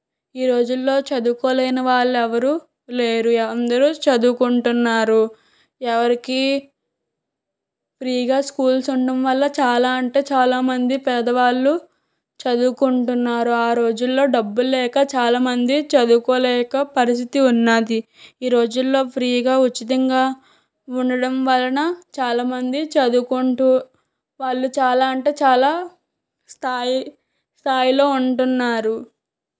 ఈ రోజులలో చదువుకోలేని వాళ్ళు ఎవరు లేరు అందరు చదువుకుంటున్నారు ఎవరికి ఫ్రీగా స్కూల్స్ ఉండడం వల్ల చాలా అంటే చాలామంది పేదవాళ్ళు చదువుకుంటున్నారు ఆ రోజులలో డబ్బులు లేక చాలామంది చదువుకోలేక పరిస్థితి ఉన్నది ఈ రోజులలో ఫ్రీగా ఉచితంగా ఉండడం వలన చాలామంది చదువుకుంటు వాళ్ళు చాలా అంటే చాలా స్థాయి స్థాయిలో ఉంటున్నారు